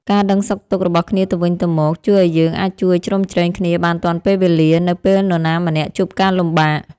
ការដឹងសុខទុក្ខរបស់គ្នាទៅវិញទៅមកជួយឱ្យយើងអាចជួយជ្រោមជ្រែងគ្នាបានទាន់ពេលវេលានៅពេលនរណាម្នាក់ជួបការលំបាក។